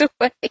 away